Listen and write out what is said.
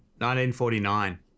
1949